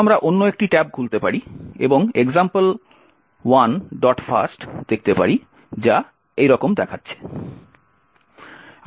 আমরা অন্য একটি ট্যাব খুলতে পারি এবং example1lst দেখতে পারি যা এইরকম দেখাচ্ছে